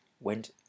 went